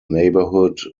neighborhood